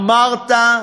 אמרת: